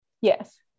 Yes